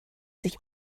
sich